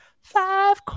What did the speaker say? five